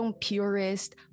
purist